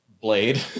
Blade